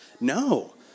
No